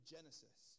Genesis